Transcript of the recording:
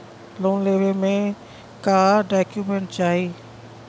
Loan लेवे मे का डॉक्यूमेंट चाही?